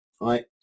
right